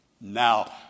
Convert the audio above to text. Now